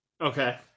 Okay